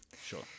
Sure